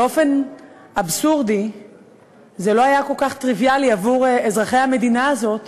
באופן אבסורדי זה לא היה כל כך טריוויאלי עבור אזרחי המדינה הזאת